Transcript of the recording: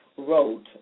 Wrote